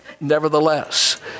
nevertheless